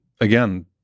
Again